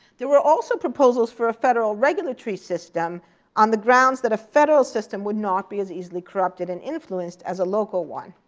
there were also proposals for a federal regulatory system on the grounds that a federal system would not be as easily corrupted and influenced as a local one.